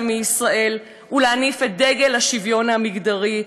מישראל ולהניף את דגל השוויון המגדרי,